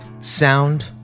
Sound